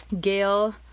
Gail